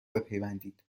بپیوندید